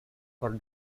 for